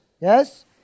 Yes